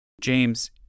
James